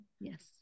Yes